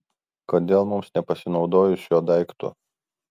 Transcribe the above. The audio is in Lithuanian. kodėl mums nepasinaudojus šiuo daiktu